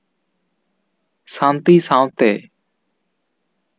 ᱥᱟᱱᱛᱤ ᱥᱟᱶᱛᱮ